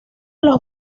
los